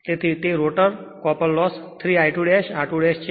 તેથી તે rotor copper loss 3 I2 r2 છે